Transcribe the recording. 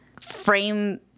frame